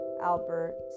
Albert